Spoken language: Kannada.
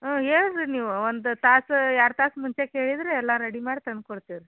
ಹಾಂ ಹೇಳ್ರಿ ನೀವು ಒಂದು ತಾಸು ಎರಡು ತಾಸು ಮುಂಚೆ ಕೇಳಿದರೆ ಎಲ್ಲ ರೆಡಿ ಮಾಡಿ ತಂದುಕೊಡ್ತೀವಿ ರೀ